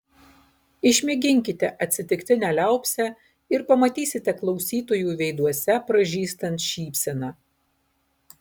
išmėginkite atsitiktinę liaupsę ir pamatysite klausytojų veiduose pražystant šypseną